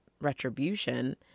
retribution